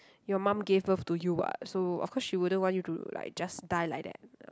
your mum gave birth to you [what] so of course she wouldn't want you to like just die like that